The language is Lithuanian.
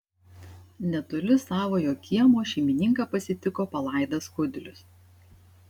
netoli savojo kiemo šeimininką pasitiko palaidas kudlius